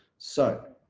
so,